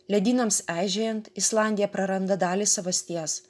ledynams aižėjant islandija praranda dalį savasties